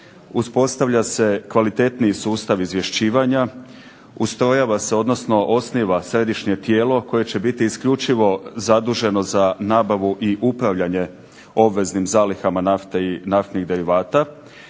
Uspostavlja se kvalitetniji sustav izvješćivanja, ustrojava se odnosno osniva središnje tijelo koje će biti isključivo zaduženo za nabavu i upravljanje obveznim zalihama nafte i naftnih derivata